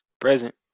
Present